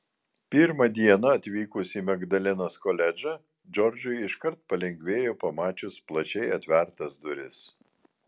pirmą dieną atvykus į magdalenos koledžą džordžui iškart palengvėjo pamačius plačiai atvertas duris